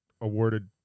awarded